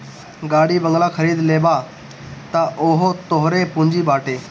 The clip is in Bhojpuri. गाड़ी बंगला खरीद लेबअ तअ उहो तोहरे पूंजी बाटे